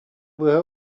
быһа